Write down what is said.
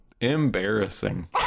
embarrassing